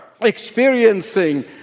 experiencing